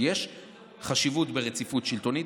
כי יש חשיבות ברציפות שלטונית,